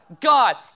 God